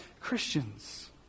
Christians